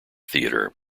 theatre